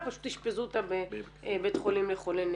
פשוט אשפזו אותם בבית חולים לחולי נפש.